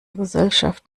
gesellschaft